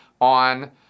on